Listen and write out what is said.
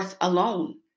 alone